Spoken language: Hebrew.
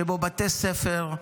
שבו בתי ספר,